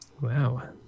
wow